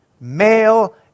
Male